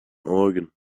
organ